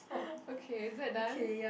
okay is it done